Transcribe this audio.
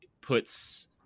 puts